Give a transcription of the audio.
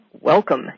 Welcome